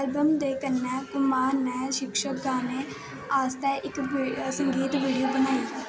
album दे कन्नै कुमार ने शीर्शक गाने आस्तै इक संगीत वीडियो बनाई